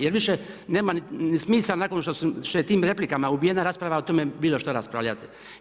Jer više nema niti smisla nakon što je tim replikama ubijena rasprava o tome, bilo što raspravljati.